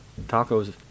tacos